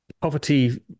poverty